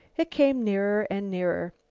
it came nearer and nearer.